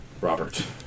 Robert